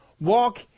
Walk